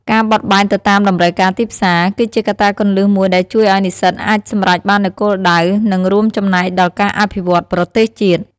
ការបត់បែនទៅតាមតម្រូវការទីផ្សារ គឺជាកត្តាគន្លឹះមួយដែលជួយឱ្យនិស្សិតអាចសម្រេចបាននូវគោលដៅ និងរួមចំណែកដល់ការអភិវឌ្ឍប្រទេសជាតិ។